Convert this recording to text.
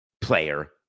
player